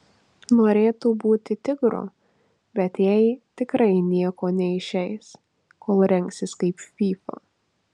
norėtų būti tigro bet jai tikrai nieko neišeis kol rengsis kaip fyfa